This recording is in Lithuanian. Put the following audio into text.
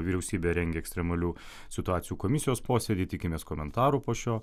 vyriausybė rengia ekstremalių situacijų komisijos posėdį tikimės komentarų po šio